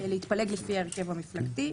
להתפלג לפי ההרכב המפלגתי.